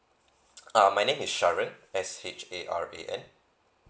uh my name is sharan S H A R A N